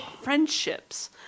friendships